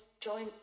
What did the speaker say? join